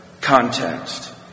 context